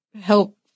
help